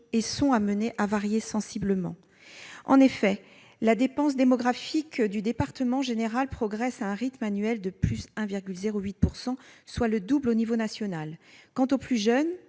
et seront amenées à varier sensiblement. En effet, la croissance démographique générale du département progresse à un rythme annuel de plus 1,08 %, soit le double du niveau national. Quant aux plus jeunes,